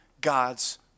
God's